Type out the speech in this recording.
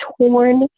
torn